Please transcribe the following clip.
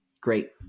great